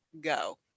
go